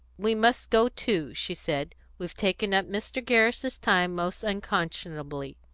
we must go too, she said. we've taken up mr. gerrish's time most unconscionably,